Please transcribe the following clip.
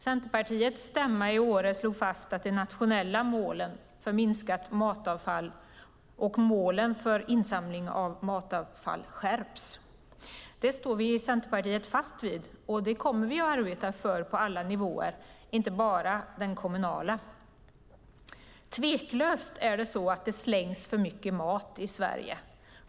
Centerpartiets stämma i Åre slog fast att de nationella målen för minskat matavfall och målen för insamling av matavfall skärps. Det står vi i Centerpartiet fast vid, och det kommer vi att arbeta för på alla nivåer, inte bara den kommunala. Tveklöst är det så att det slängs för mycket mat i Sverige.